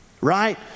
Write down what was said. right